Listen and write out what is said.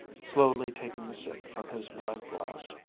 slowly taking a sip from his wine-glass,